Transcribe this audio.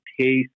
taste